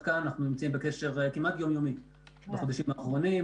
בקשר כמעט יום יומי בימים האחרונים.